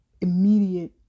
immediate